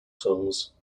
songs